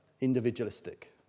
individualistic